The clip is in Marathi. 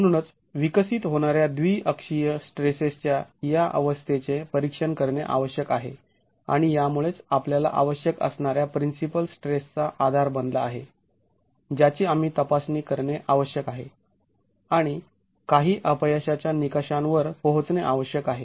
म्हणूनच विकसित होणाऱ्या द्वीअक्षीय स्ट्रेसेसच्या या अवस्थेचे परीक्षण करणे आवश्यक आहे आणि यामुळेच आपल्याला आवश्यक असणाऱ्या प्रिन्सिपल स्ट्रेसचा आधार बनला आहे ज्याची आम्ही तपासणी करणे आवश्यक आहे आणि काही अपयशाच्या निकषांवर पोहोचणे आवश्यक आहे